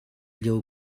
lio